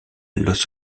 los